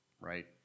right